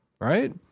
right